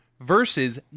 versus